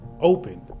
open